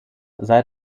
sei